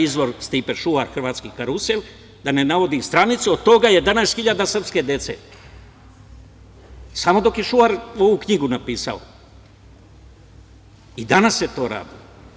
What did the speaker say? Izvor, Stipe Šuvar, Hrvatski karusel da ne navodim stranicu, od toga je danas hiljada srpske dece, samo dok je Šuvar ovu knjigu napisao i danas se to radi.